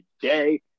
today